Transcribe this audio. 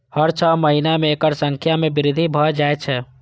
हर छह महीना मे एकर संख्या मे वृद्धि भए जाए छै